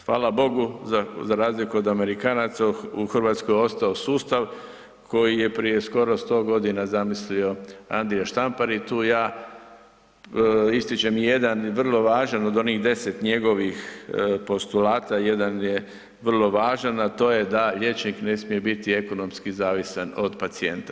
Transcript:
Hvala Bogu, za razliku od Amerikanaca u RH je ostao sustav koji je prije skoro 100.g. zamislio Andrija Štampar i tu ja ističem jedan i vrlo važan od onih 10 njegovih postulata, jedan je vrlo važan, a to je da liječnik ne smije biti ekonomski zavisan od pacijenta.